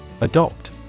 Adopt